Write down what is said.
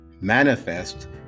manifest